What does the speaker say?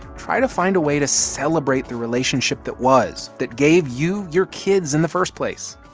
try to find a way to celebrate the relationship that was that gave you your kids in the first place